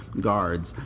guards